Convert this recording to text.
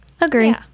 agree